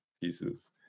pieces